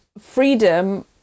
freedom